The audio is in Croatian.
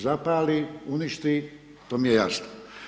Zapali, uništi, to mi je jasno.